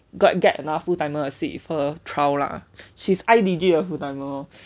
got get another full timer like sit with her trial lah she's iDigi 的 full timer